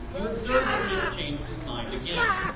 you observe that he has changed his mind again.